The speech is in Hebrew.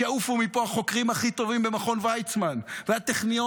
שיעופו מפה החוקרים הכי טובים במכון ויצמן ובטכניון,